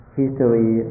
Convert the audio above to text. history